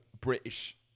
British